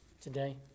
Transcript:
today